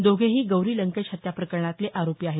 दोघेही गौरी लंकेश हत्या प्रकरणातले आरोपी आहेत